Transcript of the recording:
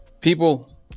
people